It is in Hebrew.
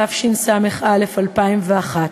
התשס"א 2001,